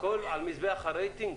הכול על המזבח הרייטינג?